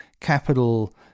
capital